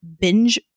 binge